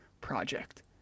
project